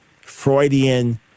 freudian